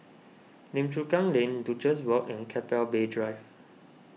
Lim Chu Kang Lane Duchess Walk and Keppel Bay Drive